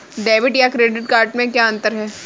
Debit या credit card में क्या अन्तर है?